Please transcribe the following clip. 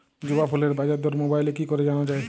জবা ফুলের বাজার দর মোবাইলে কি করে জানা যায়?